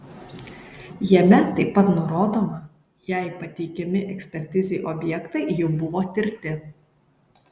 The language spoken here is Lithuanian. jame taip pat nurodoma jei pateikiami ekspertizei objektai jau buvo tirti